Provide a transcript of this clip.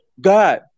God